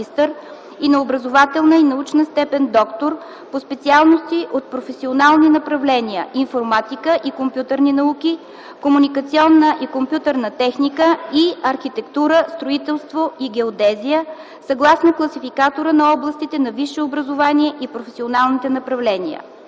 и на образователна и научна степен „доктор” по специалности от професионални направления „Информатика и компютърни науки”, „Комуникационна и компютърна техника” и „Архитектура, строителство и геодезия”, съгласно Класификатора на областите на висше образование и професионалните направления.